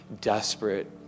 desperate